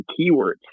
keywords